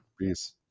Peace